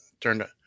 turned